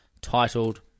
titled